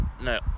no